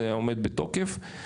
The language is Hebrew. זה עומד בתוקף,